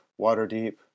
Waterdeep